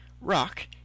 Rock